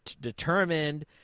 determined